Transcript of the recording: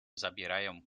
zabierają